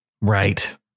right